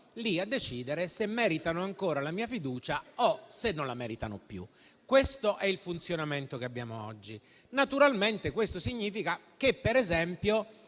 deciderò se meritano ancora la mia fiducia o se non la meritano più. Questo è il sistema come funziona oggi. Naturalmente, questo significa che, per esempio,